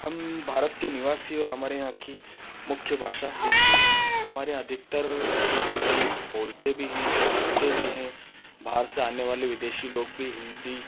हम भारत के निवासी और हमारे यहाँ की मुख्य भाषा हिंदी है हमारे अधिकतर लोग हिंदी बोलते भी हैं समझते भी हैं बाहर से आने वाले विदेशी लोग भी हिंदी